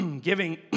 giving